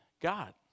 God